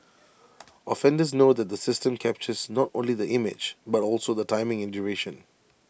offenders know that the system captures not only the image but also the timing and duration